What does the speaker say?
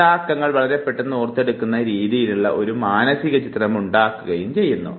ഇത് ആ അക്കങ്ങൾ വളരെ പെട്ടെന്ന് ഓർത്തെടുക്കുന്ന രീതിയിലുള്ള ഒരു മാനസിക ചിത്രം ഉണ്ടാക്കുകയും ചെയ്യുന്നു